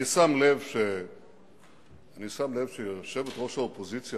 אני שם לב שיושבת-ראש האופוזיציה,